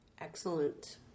excellent